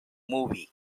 movie